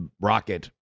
rocket